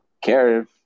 care